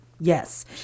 Yes